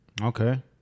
Okay